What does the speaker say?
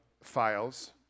files